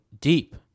deep